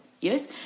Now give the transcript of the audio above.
Yes